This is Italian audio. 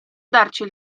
darci